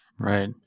Right